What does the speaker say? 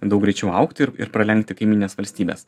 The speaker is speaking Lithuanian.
daug greičiau augti ir ir pralenkti kaimynines valstybes